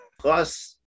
Plus